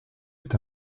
est